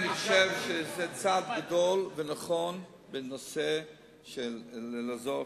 אני חושב שזה צעד גדול ונכון בנושא של עזרה לחלשים.